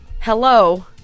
Hello